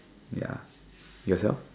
ya yourself